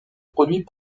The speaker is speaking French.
produits